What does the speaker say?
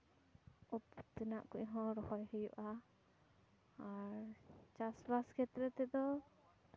ᱩᱛᱩ ᱛᱮᱱᱟ ᱠᱚ ᱨᱚᱦᱚᱭ ᱦᱩᱭᱩᱜᱼᱟ ᱟᱨ ᱪᱟᱥᱼᱵᱟᱥ ᱠᱷᱮᱛᱛᱨᱮ ᱛᱮᱫᱚ